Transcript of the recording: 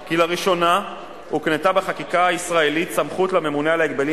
כי לראשונה הוקנתה בחקיקה הישראלית סמכות לממונה על ההגבלים